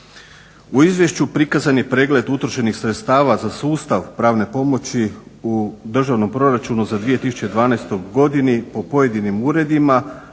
U izvješću prikazan je pregled utrošenih sredstava za sustav pravne pomoći u Državnom proračunu za 2012. godinu o pojedinim uredima,